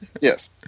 Yes